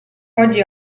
oggi